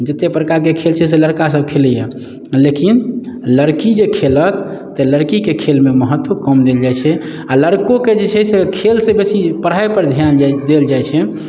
जतेक बड़काके खेल छै से लड़कासभ खेलाइए लेकिन लड़की जे खेलत तऽ लड़कीके खेलमे महत्व कम देल जाइत छै आ लड़कोके जे छै से खेलसँ बेसी पढ़ाइपर ध्यान देल जाइत छै